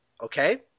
Okay